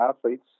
athletes